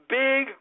big